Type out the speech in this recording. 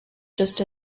just